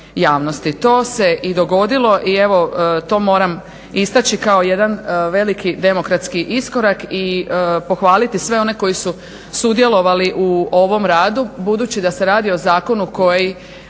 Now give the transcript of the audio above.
To se i dogodilo i evo to moram istaći kao jedan veliki demokratski iskorak i pohvaliti sve one koji su sudjelovali u ovome radu budući da se radi o zakonu koji